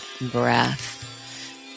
breath